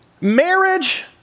Marriage